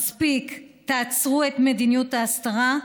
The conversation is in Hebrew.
מספיק, תעצרו את מדיניות ההסתרה,